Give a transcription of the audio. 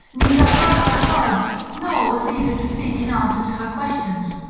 neither heard her words nor was eager to speak in answer to her questions.